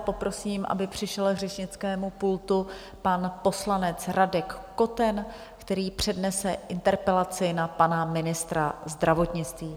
Poprosím, aby přišel k řečnickému pultu pan poslanec Radek Koten, který přednese interpelaci na pana ministra zdravotnictví.